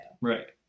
Right